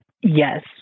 Yes